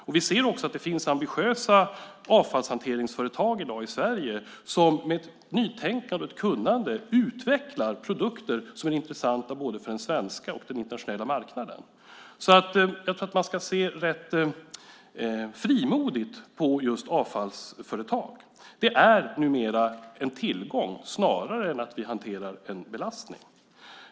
Det finns också ambitiösa avfallshanteringsföretag i Sverige i dag som med nytänkande och kunnande utvecklar produkter som är intressanta för både den svenska och den internationella marknaden. Man ska nog se rätt frimodigt på avfallsföretag. Detta är numera en tillgång snarare än en belastning som vi har att hantera.